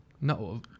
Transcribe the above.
No